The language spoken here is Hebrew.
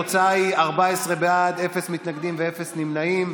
התוצאה היא 14 בעד, אפס מתנגדים ואפס נמנעים.